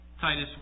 Titus